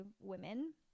women